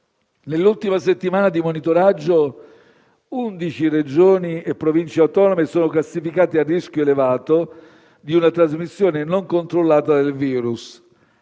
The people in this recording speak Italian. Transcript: Nell'ultima settimana di monitoraggio, 11 Regioni e Province autonome sono classificate a rischio elevato di una trasmissione non controllata del virus